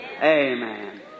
Amen